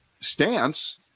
stance